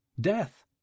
Death